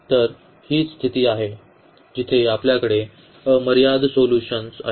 तर हीच स्थिती आहे जिथे आपल्याकडे अमर्याद सोल्यूशन आहे